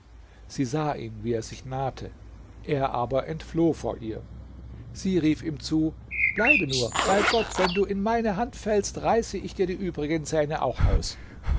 sie sah ihn wie er sich nahte er aber entfloh vor ihr sie rief ihm zu bleibe nur bei gott wenn du in meine hand fällst reiße ich dir die übrigen zähne auch aus